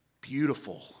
beautiful